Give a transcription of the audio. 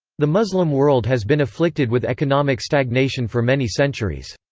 the muslim world has been afflicted with economic stagnation for many centuries.